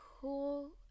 cool